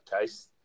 case